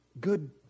good